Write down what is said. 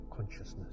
consciousness